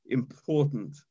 important